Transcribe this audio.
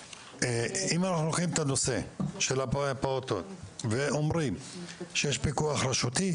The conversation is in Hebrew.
אם אנחנו לוקחים את הנושא של הפעוטות ואומרים שיש פיקוח רשותי,